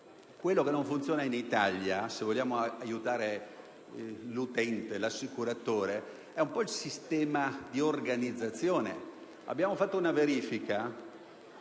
Quello che non funziona in Italia, se vogliamo aiutare l'utente e l'assicuratore, è l'organizzazione. Abbiamo fatto una verifica